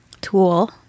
tool